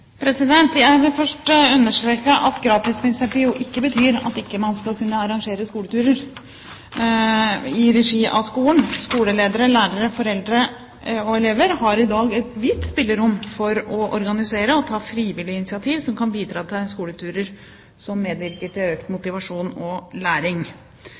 skolen?» Jeg vil først understreke at gratisprinsippet ikke betyr at man ikke skal kunne arrangere skoleturer i regi av skolen. Skoleledere, lærere, foreldre og elever har i dag et vidt spillerom for å organisere og ta frivillig initiativ som kan bidra til skoleturer som medvirker til økt motivasjon og læring.